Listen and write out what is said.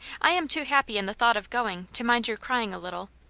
i am too happy in the thought of going, to mind your crying a little.